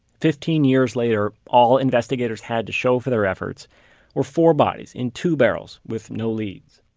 fifteen years later, all investigators had to show for their efforts were four bodies in two barrels with no leads